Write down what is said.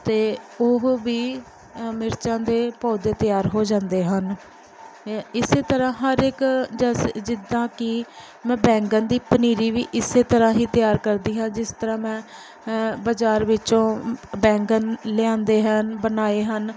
ਅਤੇ ਉਹ ਵੀ ਮਿਰਚਾਂ ਦੇ ਪੌਦੇ ਤਿਆਰ ਹੋ ਜਾਂਦੇ ਹਨ ਇਸ ਤਰ੍ਹਾਂ ਹਰ ਇੱਕ ਜੈਸ ਜਿੱਦਾਂ ਕਿ ਮੈਂ ਬੈਂਗਣ ਦੀ ਪਨੀਰੀ ਵੀ ਇਸ ਤਰ੍ਹਾਂ ਹੀ ਤਿਆਰ ਕਰਦੀ ਹਾਂ ਜਿਸ ਤਰ੍ਹਾਂ ਮੈਂ ਬਾਜ਼ਾਰ ਵਿੱਚੋਂ ਬੈਂਗਣ ਲਿਆਂਦੇ ਹਨ ਬਣਾਏ ਹਨ